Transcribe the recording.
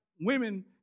Women